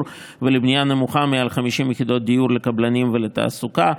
ולבנייה נמוכה מעל 50 יחידות דיור לקבלנים ולתעסוקה,